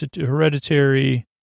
hereditary